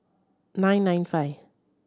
nine nine five